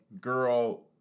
girl